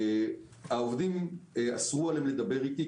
אסרו על העובדים לדבר איתי,